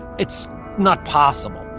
it's not possible.